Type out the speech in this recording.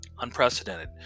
Unprecedented